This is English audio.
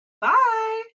Bye